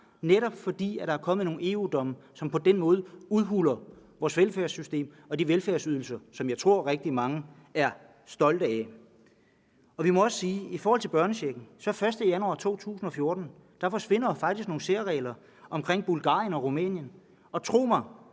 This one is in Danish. netop fordi der er kommet nogle EU-domme, som udhuler vores velfærdssystem og de velfærdsydelser, som jeg tror rigtig mange er stolte af. Vi må også sige, at hvad angår børnechecken, så forsvinder der den 1. januar 2014 nogle særregler for Bulgarien og Rumænien. Man må tro mig,